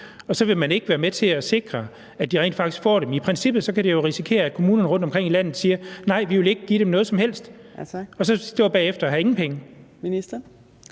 Og så vil man ikke være med til at sikre, at de rent faktisk får dem. I princippet kan de jo risikere, at kommuner rundtomkring i landet siger: Vi vil ikke give dem noget som helst. Og så står de bagefter og har ingen penge.